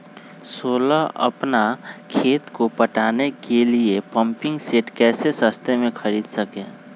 सोलह अपना खेत को पटाने के लिए पम्पिंग सेट कैसे सस्ता मे खरीद सके?